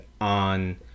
on